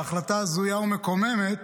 בהחלטה הזויה ומקוממת,